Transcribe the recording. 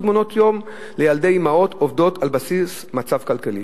מעונות-יום לילדי אמהות עובדות על בסיס מצב כלכלי.